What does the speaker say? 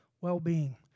well-being